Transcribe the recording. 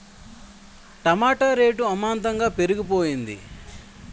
టమాట rate అమాంతంగా పెరిగిపోయింది